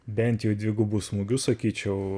bent jau dvigubu smūgiu sakyčiau